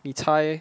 你猜